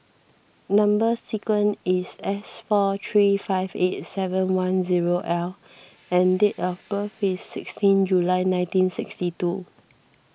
Number Sequence is S four three five eight seven one zero L and date of birth is sixteen July nineteen sixty two